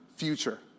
future